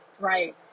right